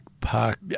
park